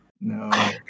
No